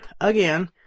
again